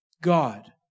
God